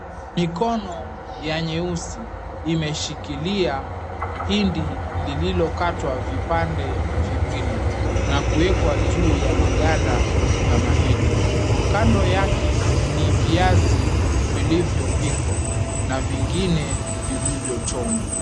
Mikono ya nyeusi imeshikilia hindi lililokatwa vipande viwili na kuwekwa juu ya maganda ya mahindi. Kando yake ni viazi vilivyopikwa na vingine vilivyochomwa.